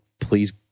please